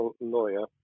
lawyer